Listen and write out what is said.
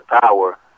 power